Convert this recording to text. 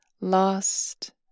lost